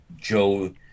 Joe